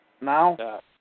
now